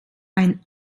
ein